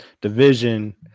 division